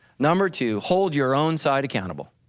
number two, hold your own side accountable.